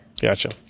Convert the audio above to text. gotcha